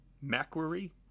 Macquarie